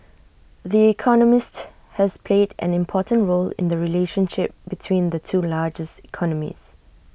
the economist has played an important role in the relationship between the two largest economies